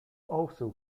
also